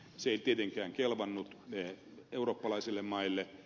se ei tietenkään kelvannut eurooppalaisille maille